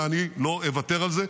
ואני לא אוותר על זה.